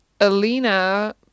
Alina